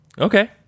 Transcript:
Okay